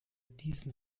diesen